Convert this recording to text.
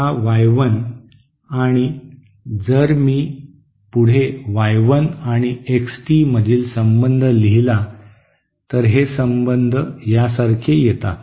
हा वाय 1 आणि जर मी पुढे वाय 1 आणि एक्स टी मधील संबंध लिहिला तर हे संबंध यासारखे येतात